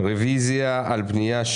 לכן אני חושב שאי אפשר להמשיך ולהעביר להם כסף,